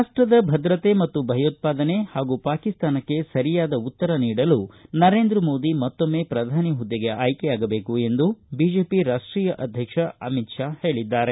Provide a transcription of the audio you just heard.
ರಾಷ್ಟದ ಭದ್ರತೆ ಮತ್ತು ಭಯೋತ್ಪಾದನೆ ಹಾಗೂ ಪಾಕಿಸ್ತಾನಕ್ಕೆ ಸರಿಯಾದ ಉತ್ತರ ನೀಡಲು ನರೇಂದ್ರ ಮೋದಿ ಅವರನ್ನು ಮತ್ತೊಮ್ನೆ ಪ್ರಧಾನಿ ಹುದ್ಲೆಗೆ ಆಯ್ಲೆಯಾಗದೇಕು ಎಂದು ಬಿಜೆಪಿ ರಾಷ್ಷೀಯ ಅಧ್ಯಕ್ಷ ಅಮಿತ ಶಾ ಹೇಳದ್ದಾರೆ